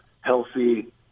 healthy